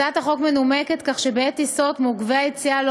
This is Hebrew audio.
הצעת החוק מנומקת בכך שבעת טיסות מעוכבי היציאה לא